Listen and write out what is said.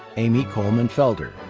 amy coleman felder.